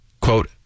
quote